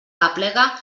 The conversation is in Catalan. aplega